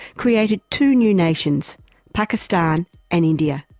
created two new nations pakistan and india.